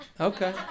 Okay